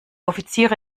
offiziere